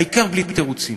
העיקר, בלי תירוצים.